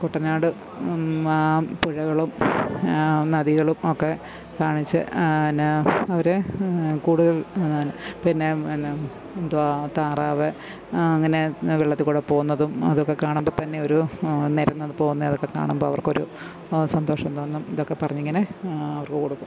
കുട്ടനാട് പുഴകളും നദികളും ഒക്കെ കാണിച്ച് ന് അവരെ കൂടുതൽ ഇങ്ങനെ പിന്നെ ന്ന എന്തുവാ താറാവ് അങ്ങനെ വെള്ളത്തില്ക്കൂടെ പോവുന്നതും അതൊക്കെ കാണുമ്പോള്ത്തന്നെ ഒരു അന്നേരം അത് പോവുന്നെ അതൊക്കെ കാണുമ്പോള് അവർക്കൊരു സന്തോഷം തോന്നും ഇതൊക്കെ പറഞ്ഞിങ്ങനെ അവര്ക്കു കൊടുക്കും